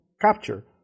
capture